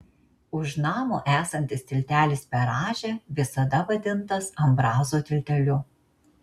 už namo esantis tiltelis per rąžę visada vadintas ambrazo tilteliu